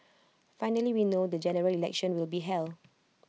finally we know when the General Election will be held